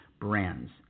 brands